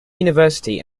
university